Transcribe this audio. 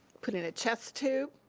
put in a chest tube,